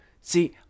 see